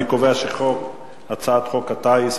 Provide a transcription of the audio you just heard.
אני קובע שהצעת חוק הטיס,